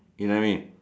you know what I mean